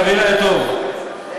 חברי הטוב,